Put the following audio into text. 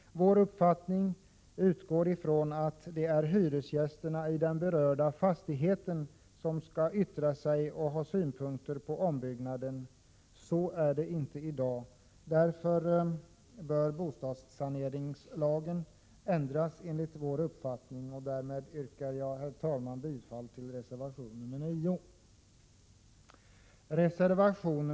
Vår uppfattning utgår ifrån att det är hyresgästerna i den berörda fastigheten som skall yttra sig och ha synpunkter på ombyggnaden. Så är det inte i dag. Därför bör enligt vår uppfattning bostadssaneringslagen ändras. Jag yrkar bifall till reservation 9.